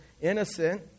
innocent